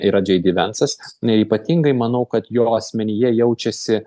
yra džei dy vencas neypatingai manau kad jo asmenyje jaučiasi